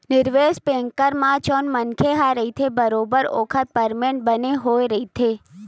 निवेस बेंकर म जउन मनखे ह रहिथे बरोबर ओखर परसेंट बने होय रहिथे